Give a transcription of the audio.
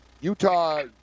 Utah